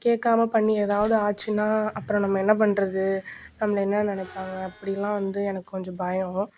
கேட்காம பண்ணி ஏதாவுது ஆச்சுன்னா அப்புறோம் நம்ம என்ன பண்ணுறது நம்பளை என்ன நினைப்பாங்க அப்படிலாம் வந்து எனக்கு கொஞ்சம் பயம்